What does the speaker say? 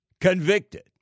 convicted